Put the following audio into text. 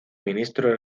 ministro